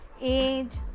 age